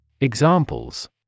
Examples